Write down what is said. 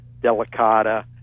delicata